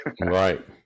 Right